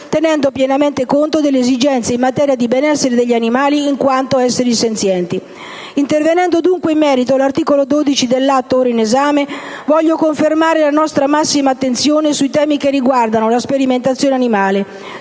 tenendo pienamente conto delle esigenze in materia di benessere degli animali in quanto esseri senzienti. Intervenendo dunque in merito all'articolo 12 dell'atto ora in esame, voglio confermare la nostra massima attenzione sui temi che riguardano la sperimentazione animale,